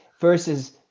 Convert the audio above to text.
versus